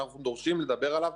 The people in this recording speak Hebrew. אנחנו דורשים לדבר עליו